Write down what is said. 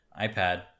iPad